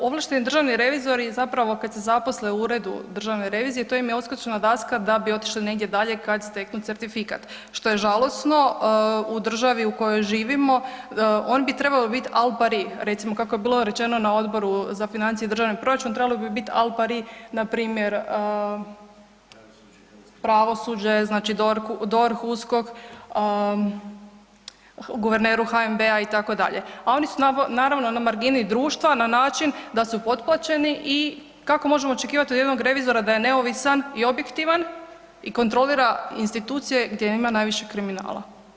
Da, ovlašteni državni revizori zapravo kad se zaposle u Ureu državne revizije, to im je odskočna daska da bi otišli negdje dalje kad steknu certifikat što je žalosno u državi u kojoj živimo, on bi trebalo bit al pari, recimo kako je bilo rečeno na Odboru za financije i državni proračun, trebao bi bit al pari npr. pravosuđe, znači DORH-u, USKOK, guverneru HNB-a itd. a oni su naravno na margini društva na način da su potplaćeni i kako možemo očekivati od jednog revizora da je neovisan i objektivan i kontrolira institucije gdje ima najviše kriminala?